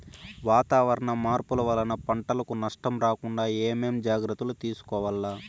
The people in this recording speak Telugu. వాతావరణ మార్పులు వలన పంటలకు నష్టం రాకుండా ఏమేం జాగ్రత్తలు తీసుకోవల్ల?